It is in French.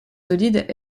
solides